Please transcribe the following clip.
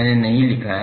मैंने नहीं लिखा है